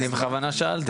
אני בכוונה שאלתי.